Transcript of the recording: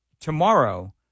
tomorrow